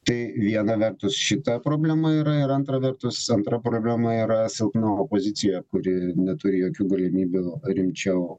tai viena vertus šita problema yra ir antra vertus antra problema yra silpna opozicija kuri neturi jokių galimybių rimčiau